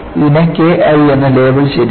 ഇതിനെ K I എന്ന് label ചെയ്തിരിക്കുന്നു